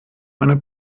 eine